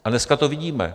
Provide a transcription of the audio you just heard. A dneska to vidíme.